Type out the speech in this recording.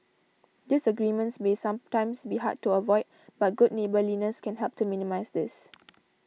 disagreements may sometimes be hard to avoid but good neighbourliness can help to minimise this